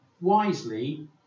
wisely